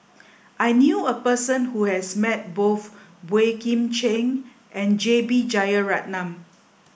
I knew a person who has met both Boey Kim Cheng and J B Jeyaretnam